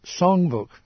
songbook